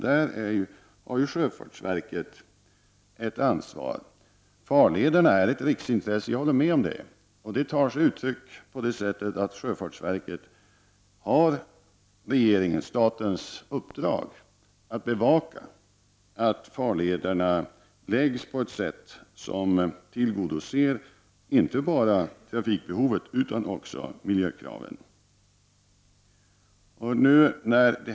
Där har sjöfartsverket ett ansvar. Jag håller med om att farlederna är ett riksintresse. Det tar sig uttryck på det sättet att sjöfartsverket har regeringens, statens, uppdrag att bevaka att farlederna läggs på ett sätt som tillgodoser inte bara trafikbehovet utan också miljökraven.